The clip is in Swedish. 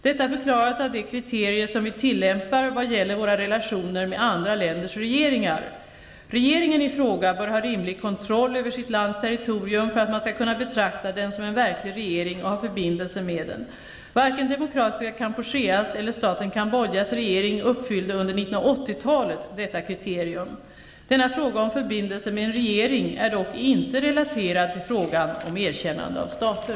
Detta förklaras av de kriterier som vi tillämpar vad gäller våra relationer med andra länders regeringar. Regeringen i fråga bör ha rimlig kontroll över sitt lands territorium för att man skall kunna betrakta den som en verklig regering och ha förbindelser med den. Varken Demokratiska Kampucheas eller staten Cambodjas regering uppfyllde under 1980-talet detta kriterium. Denna fråga om förbindelser med en regering är dock inte relaterad till frågan om erkännande av stater.